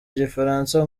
igifaransa